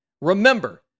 remember